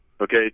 okay